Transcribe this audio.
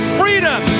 freedom